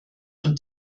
und